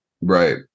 right